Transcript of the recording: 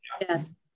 Yes